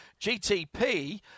GTP